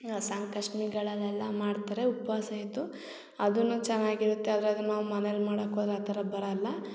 ಸಂಕಷ್ಟ್ಮಿಗಳಲ್ಲಿ ಎಲ್ಲ ಮಾಡ್ತಾರೆ ಉಪವಾಸ ಇದ್ದು ಅದೂನು ಚೆನ್ನಾಗಿರುತ್ತೆ ಆದರೆ ಅದನ್ನ ನಾವು ಮನೇಲಿ ಮಾಡಕ್ಕೋದ್ರೆ ಆ ಥರ ಬರಲ್ಲ